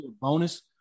bonus